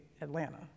Atlanta